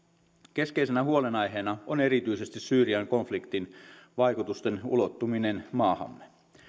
keskeisenä huolenaiheena on erityisesti syyrian konfliktin vaikutusten ulottuminen maahamme